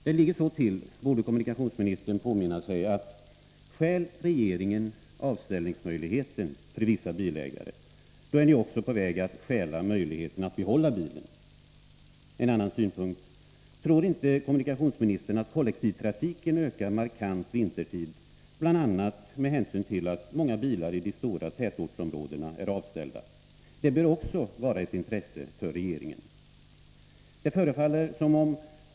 Det ligger så till, borde kommunikationsministern påminna sig, att stjäl regeringen avställningsmöjligheten för vissa bilägare, då är ni också på väg att stjäla möjligheten att behålla bilen. En annan synpunkt: Tror inte kommunikationsministern att kollektivtrafiken ökar markant vintertid bl.a. med hänsyn till att många bilar i de stora tätortsområdena är avställda? Det bör också vara ett intresse för regeringen.